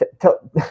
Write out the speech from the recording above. tell